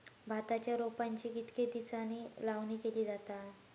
भाताच्या रोपांची कितके दिसांनी लावणी केली जाता?